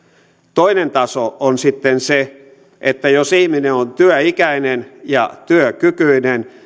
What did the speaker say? toinen taso on sitten se että jos ihminen on työikäinen ja työkykyinen